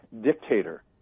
dictator